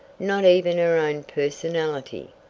not even her own personality.